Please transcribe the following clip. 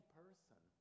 person